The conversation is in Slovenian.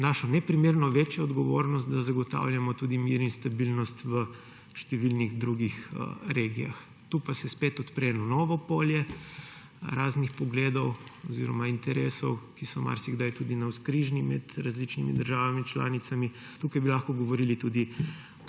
našo neprimerno večjo odgovornost, da zagotavljamo tudi mir in stabilnost v številnih drugih regijah. Tu se pa spet odpre eno novo polje raznih pogledov oziroma interesov, ki so marsikdaj tudi navzkrižni med različnimi državami članicami. Tukaj bi lahko govorili tudi